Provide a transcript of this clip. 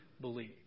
believe